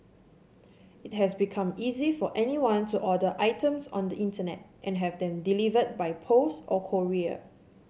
it has become easy for anyone to order items on the Internet and have them delivered by post or courier